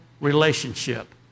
relationship